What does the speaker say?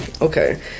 okay